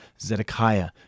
Zedekiah